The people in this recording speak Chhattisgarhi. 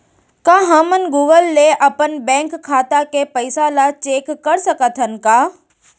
का हमन गूगल ले अपन बैंक खाता के पइसा ला चेक कर सकथन का?